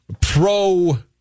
pro